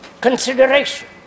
consideration